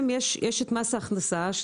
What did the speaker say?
יש את מס ההכנסה.